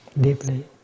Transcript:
deeply